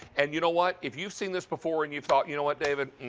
and you know what, if you've seen this before and you've thought, you know what, david,